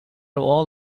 all